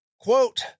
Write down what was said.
Quote